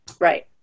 right